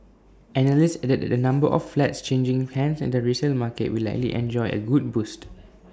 analysts added that the number of flats changing hands in the resale market will likely enjoy A good boost